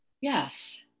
Yes